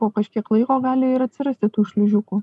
po kažkiek laiko gali ir atsirasti tų šliužiukų